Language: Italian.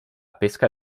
pesca